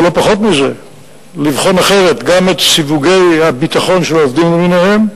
אבל לא פחות מזה לבחון אחרת גם סיווגי הביטחון של העובדים למיניהם,